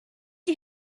you